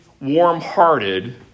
warm-hearted